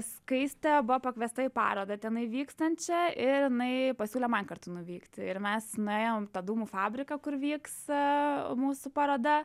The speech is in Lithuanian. skaistė buvo pakviesta į parodą tenai vykstančią ir jinai pasiūlė man kartu nuvykti ir mes nuėjom į tą dūmų fabriką kur vyks aaa mūsų paroda